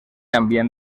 ambient